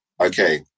okay